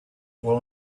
will